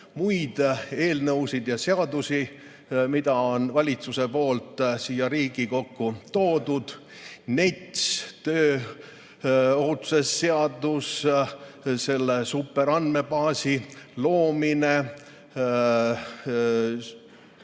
muid eelnõusid ja seadusi, mida on valitsus siia Riigikokku toonud: NETS, tööohutuse seadus, superandmebaasi loomine,